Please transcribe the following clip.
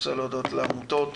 אני רוצה להודות לעמותות,